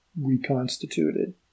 reconstituted